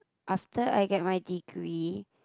after I get my degree